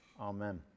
Amen